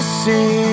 see